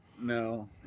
no